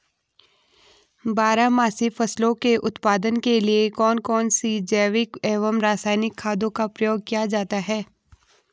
बारहमासी फसलों के उत्पादन के लिए कौन कौन से जैविक एवं रासायनिक खादों का प्रयोग किया जाता है?